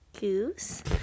goose